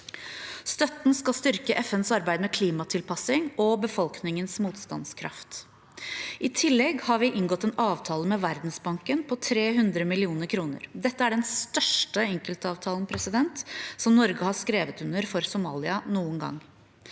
Støtten skal styrke FNs arbeid med klimatilpasning og befolkningens motstandskraft. I tillegg har vi inngått en avtale med Verdensbanken på 300 mill. kr. Dette er den største enkeltavtalen Norge har skrevet under for Somalia noen gang.